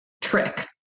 trick